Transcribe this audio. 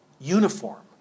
uniform